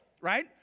right